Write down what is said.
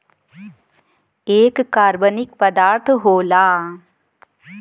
एक कार्बनिक पदार्थ होला